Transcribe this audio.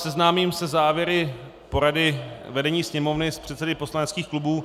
Seznámím vás se závěry porady vedení Sněmovny s předsedy poslaneckých klubů.